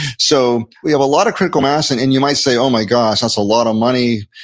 so we have a lot of critical mass, and and you might say, oh, my gosh. that's a lot of money.